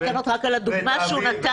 בטענות אלא רק על הדוגמה שהוא נתן.